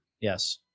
Yes